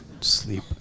sleep